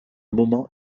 moment